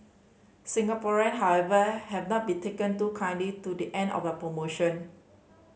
Singaporean however have not been taken too kindly to the end of the promotion